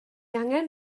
angen